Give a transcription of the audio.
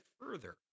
further